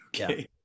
okay